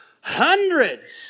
Hundreds